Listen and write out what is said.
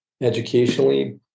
educationally